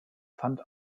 fand